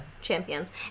Champions